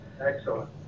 Excellent